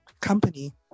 company